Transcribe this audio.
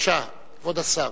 כבוד השר,